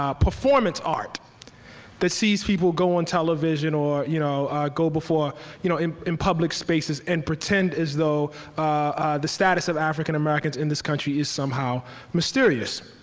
ah performance art that sees people go on television or you know go before you know in in public spaces and pretend as though the status of african americans in this country is somehow mysterious.